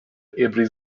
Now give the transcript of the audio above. عبری